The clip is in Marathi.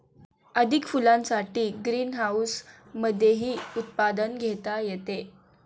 अधिक फुलांसाठी ग्रीनहाऊसमधेही उत्पादन घेता येते